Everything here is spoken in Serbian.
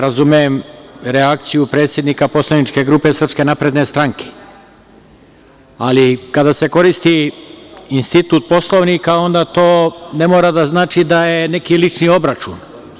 Razumem reakciju predsednika poslaničke grupe SNS, ali kada se koristi institut Poslovnika, onda to ne mora da znači da je neki lični obračun.